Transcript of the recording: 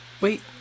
wait